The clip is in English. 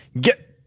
Get